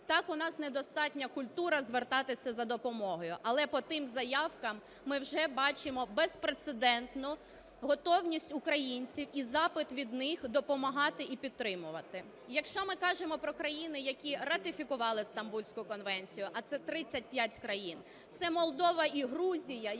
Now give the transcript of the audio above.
Так, у нас недостатня культура звертатися за допомогою, але по тим заявкам ми вже бачимо безпрецедентну готовність українців і запит від них допомагати і підтримувати. Якщо ми кажемо про країни, які ратифікували Стамбульську конвенцію - а це 35 країн, - це Молдова і Грузія,